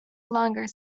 longer